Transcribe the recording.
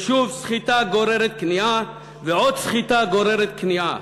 ושוב סחיטה גוררת כניעה, ועוד סחיטה גוררת כניעה.